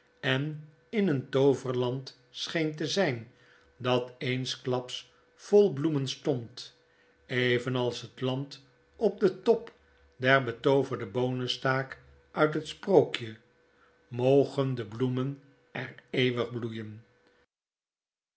en in een tooverland scheen te zyn dat eensklaps vol bloemen stond evenals het land op den top der betooverde boonenstaak uit het sprookje mogen de bloemen er eeuwig bloeien